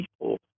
people